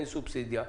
אין סובסידיה,